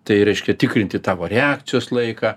tai reiškia tikrinti tavo reakcijos laiką